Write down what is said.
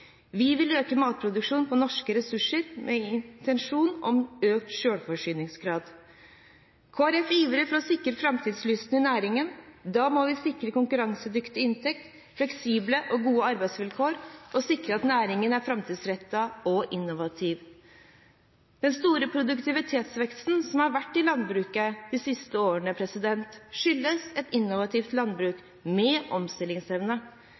Vi vil øke matproduksjonen på norske ressurser med intensjon om økt selvforsyningsgrad. Kristelig Folkeparti ivrer for å sikre framtidslysten i næringen. Da må vi sikre konkurransedyktig inntekt, fleksible og gode arbeidsvilkår, og vi må sikre at næringen er framtidsrettet og innovativ. Den store produktivitetsveksten som har vært i landbruket de siste årene, skyldes et innovativt landbruk med omstillingsevne.